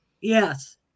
Yes